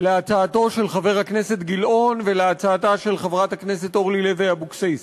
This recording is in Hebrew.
להצעתו של חבר הכנסת גילאון ולהצעתה של חברת הכנסת אורלי לוי אבקסיס.